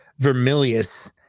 Vermilius